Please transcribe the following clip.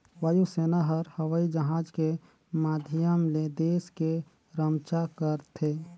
वायु सेना हर हवई जहाज के माधियम ले देस के रम्छा करथे